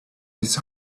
his